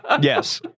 Yes